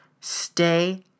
stay